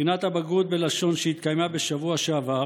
בבחינת הבגרות בלשון שהתקיימה בשבוע שעבר